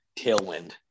tailwind